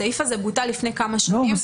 הסעיף הזה בוטל לפני כמה שנים.